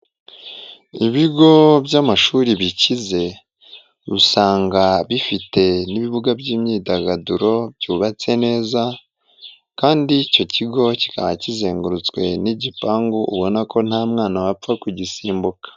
Ibigo by'amashuri bikize, usanga bifite n'ibibuga by'imyidagaduro byubatse neza kandi icyo kigo kikaba kizengurutswe n'igipangu ubona ko nta mwana wapfa kugisimbuka.